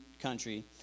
country